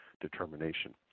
determination